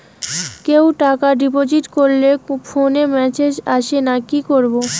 কেউ টাকা ডিপোজিট করলে ফোনে মেসেজ আসেনা কি করবো?